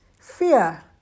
fear